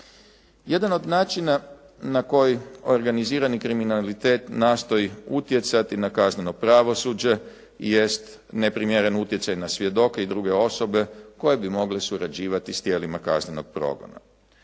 Jedan od načina na koji organizirani kriminalitet nastoji utjecati na kazneno pravosuđe jest neprimjeren utjecaj na svjedoke i druge osobe koje bi mogle surađivati s tijelima kaznenog progona.